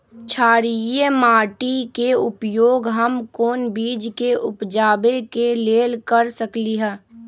क्षारिये माटी के उपयोग हम कोन बीज के उपजाबे के लेल कर सकली ह?